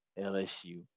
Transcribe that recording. LSU